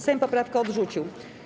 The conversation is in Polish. Sejm poprawkę odrzucił.